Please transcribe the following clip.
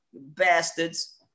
bastards